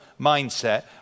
mindset